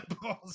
ball's